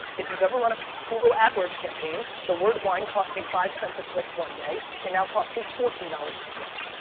if you've ever run a google adwords campaign, the word wine cost me five cents a click one day, it now costs me fourteen dollars a click.